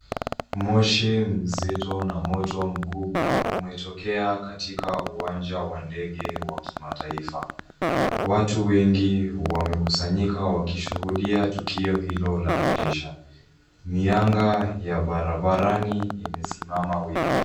Moshi mzito na moto mkubwa umetokea katika uwanja wa ndege wa kimataifa. Watu wengi wamekusanyika wakishuhudia tukio hilo la kutisha. Mianga ya barabarani imesimama wima.